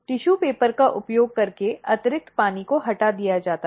tissue paper का उपयोग करके अतिरिक्त पानी को हटा दिया जाता है